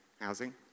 housing